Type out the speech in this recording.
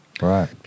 Right